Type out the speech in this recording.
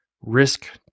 risk